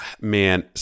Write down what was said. Man